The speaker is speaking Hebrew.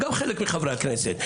גם חלק מחברי הכנסת.